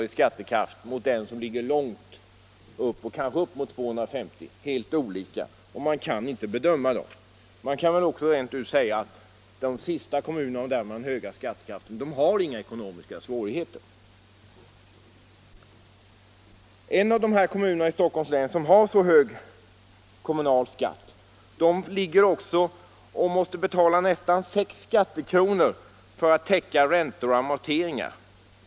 i skattekraft helt olik jämfört med den kommun som har kanske upp emot 250 kr. Man kan inte bedöma dessa kommuner lika. Man kan rent av påstå att den sistnämnda kommunen med den höga skattekraften inte har några ekonomiska svårigheter. En av de här kommunerna i Stockholms län som har så hög kommunalskatt måste också betala nästan 6 skattekronor för att täcka räntor och amorteringar.